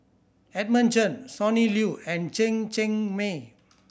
Edmund Chen Sonny Liew and Chen Cheng Mei